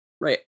Right